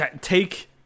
take